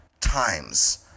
times